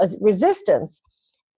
resistance